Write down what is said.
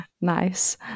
Nice